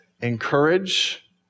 encourage